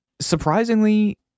surprisingly